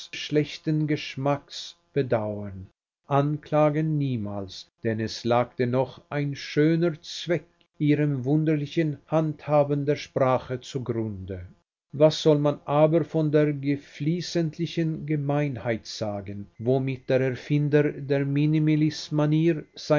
schlechten geschmacks bedauern anklagen niemals denn es lag dennoch ein schöner zweck ihrem wunderlichen handhaben der sprache zugrunde was soll man aber von der geflissentlichen gemeinheit sagen womit der erfinder der